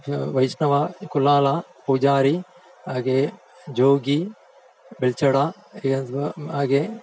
ವೈಷ್ಣವ ಕುಲಾಲ ಪೂಜಾರಿ ಹಾಗೇ ಜೋಗಿ ಬೆಳ್ಚಡ ಹಾಗೇ